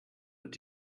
wird